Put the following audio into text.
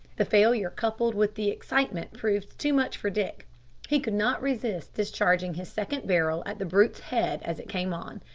the failure coupled with the excitement proved too much for dick he could not resist discharging his second barrel at the brute's head as it came on.